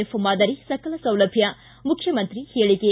F ಮಾದರಿ ಸಕಲ ಸೌಲಭ್ಡ ಮುಖ್ಣಮಂತ್ರಿ ಹೇಳಿಕೆ